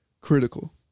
critical